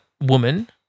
woman-